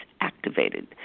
activated